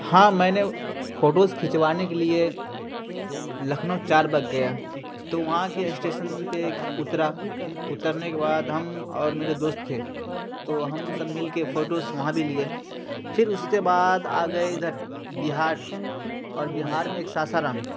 ہاں میں نے فوٹوز کھینچوانے کے لیے لکھنؤ چار باغ گیا تو وہاں کے اشٹیسن پہ اترا اترنے کے بعد ہم اور میرے دوست تھے تو ہم سب مل کے فوٹوز وہاں بھی لیے پھر اس کے بعد آ گئے ادھر بہار اور بہار میں ایک ساسارام ہے